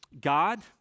God